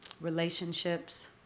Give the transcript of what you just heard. relationships